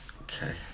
Okay